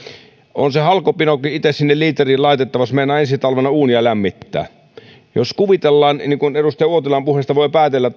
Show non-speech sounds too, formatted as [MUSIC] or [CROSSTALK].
se halkopinokin on itse sinne liiteriin laitettava jos meinaa ensi talvena uunia lämmittää sehän ei pidä paikkaansa jos kuvitellaan niin kuin edustaja uotilan puheesta voi päätellä [UNINTELLIGIBLE]